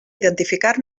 identificar